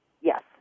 yes